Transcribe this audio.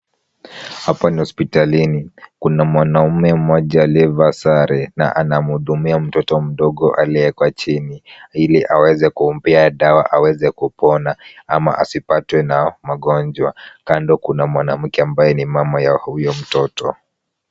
Hapa ni hospitalini, kuna mwanaume mmoja aliyevaa sare na anamhudumia mtoto mdogo aliyeekwa chini, ili aweze kumpea dawa aweze kupona, ama asipatwe na magonjwa. Kando kuna mwanamke ambaye ni mama ya huyo mtoto.